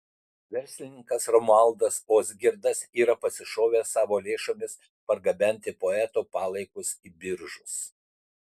verslininkas romualdas ozgirdas yra pasišovęs savo lėšomis pargabenti poeto palaikus į biržus